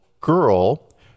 girl